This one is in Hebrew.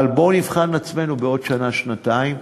אבל בואו נבחן עצמנו בעוד שנה, שנתיים.